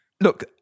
look